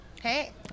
Hey